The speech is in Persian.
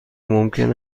ممکن